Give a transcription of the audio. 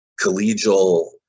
collegial